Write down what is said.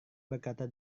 berkata